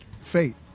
fate